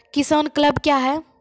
किसान क्लब क्या हैं?